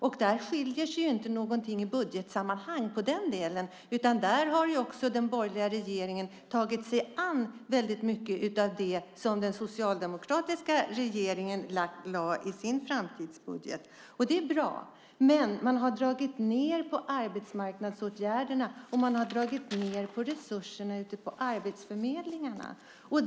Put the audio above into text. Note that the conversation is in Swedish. I den delen skiljer det sig inte i budgetsammanhang, utan här har den borgerliga regeringen tagit sig an mycket av det som den socialdemokratiska regeringen lade fram i sin framtidsbudget. Det är bra. Men man har dragit ned på arbetsmarknadsåtgärderna, och man har dragit ned på resurserna ute på arbetsförmedlingarna.